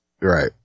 Right